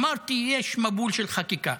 אמרתי, יש מבול של חקיקה.